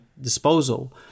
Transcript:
disposal